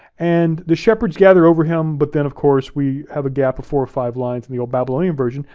and the shepherds gather over him, but then of course, we have a gap of four or five lines in the old babylonian version,